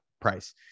price